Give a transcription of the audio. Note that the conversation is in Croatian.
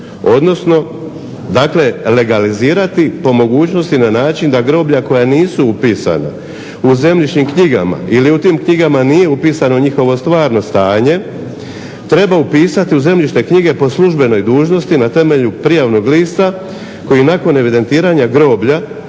odnosno legalizirati po mogućnosti na način da groblja koja nisu upisana u zemljišnim knjigama ili u tim knjigama nije upisano njihovo stvarno stanje treba upisati u zemljišne knjige po službenoj dužnosti na temelju prijavnog lista koji nakon evidentiranja groblja,